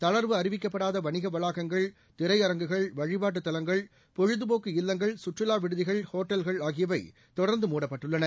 தளா்வு அறிவிக்கப்படாத வணிக வளாகங்கள் திரையரங்குகள் வழிபாட்டுத் தலங்கள் பொழுதுபோக்கு இல்லங்கள் சுற்றுலா விடுதிகள் ஒட்டல்கள் ஆகியவை தொடர்ந்து மூடப்பட்டுள்ளன